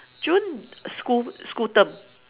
june school school term